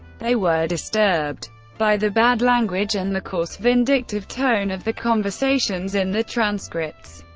they were disturbed by the bad language and the coarse, vindictive tone of the conversations in the transcripts.